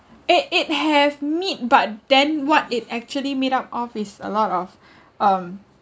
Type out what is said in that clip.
it it have meat but then what it actually made up of is a lot of um